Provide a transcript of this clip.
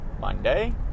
Monday